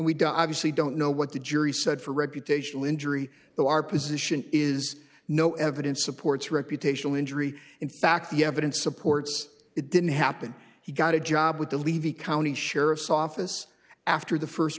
don't obviously don't know what the jury said for reputational injury though our position is no evidence supports reputational injury in fact the evidence supports it didn't happen he got a job with the levy county sheriff's office after the first